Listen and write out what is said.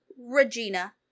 Regina